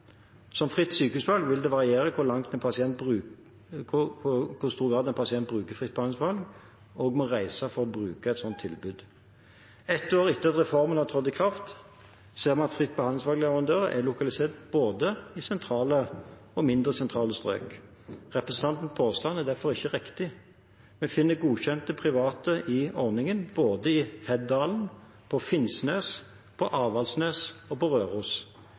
Som ved fritt sykehusvalg vil det variere i hvor stor grad en pasient bruker fritt behandlingsvalg, og hvor langt en må reise for bruke et sånt tilbud. Ett år etter at reformen trådte i kraft, ser vi at fritt behandlingsvalg-leverandører er lokalisert i både sentrale og mindre sentrale strøk. Representantens påstand er derfor ikke riktig. Vi finner godkjente private i ordningen både i Hedalen, på Finnsnes, på Avaldsnes og på Røros.